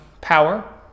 power